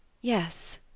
Yes